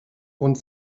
und